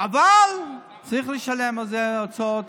אבל צריך לשלם על זה הוצאות